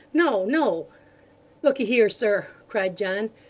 no, no look'ee here, sir cried john,